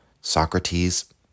Socrates